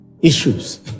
issues